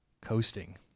coasting